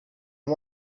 and